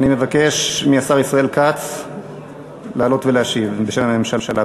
אני מבקש מהשר ישראל כץ לעלות ולהשיב בשם הממשלה.